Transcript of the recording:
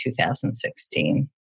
2016